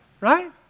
right